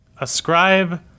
ascribe